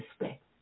respect